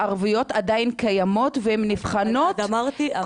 הערבויות עדיין קיימות והן נבחנות --- אז אמרתי,